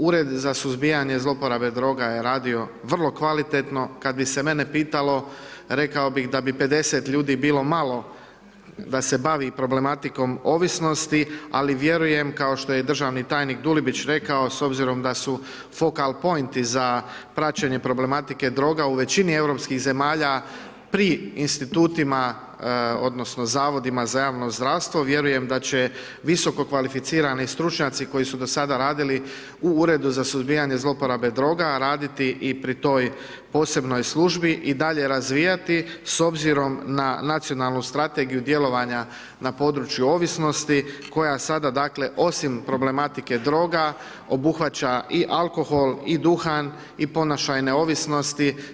Ured za suzbijanje zloupotrebe droga je radio vrlo kvalitetno, kada bi se mene pitalo, rekao bi da bi 50 ljudi bilo malo da se bavi problematikom ovisnosti, ali vjerujem, kao što je državni tajnik Dulibić rekao, s obzirom da su … za praćenje problematike droga u većini europskih zemalja pri institutima, odnosno, zavodima za javno zdravstvo, vjerujem da će visoko kvalificirani stručnjaci koji su do sada radili u Uredu za suzbijanje zlouporabe droga, raditi i pri toj posebnoj službi i dalje razvijati, s obzirom na nacionalnu strategiju i djelovanja na području ovisnosti, koja sada dakle, osim problematike droga, obuhvaća i alkohol i duhan i ponašajne ovisnosti.